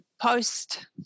post